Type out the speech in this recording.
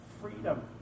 freedom